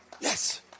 Yes